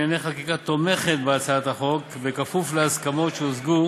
ועדת השרים לענייני חקיקה תומכת בהצעת החוק בכפוף להסכמות שהושגו